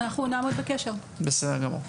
בסדר.